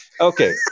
Okay